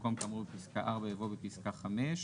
במקום "כאמור בפסקה (4)" יבוא "כאמור בפסקה (5)".